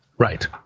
Right